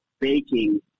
baking